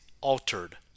altered